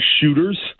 shooters